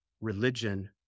religion